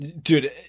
Dude